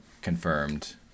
confirmed